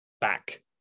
back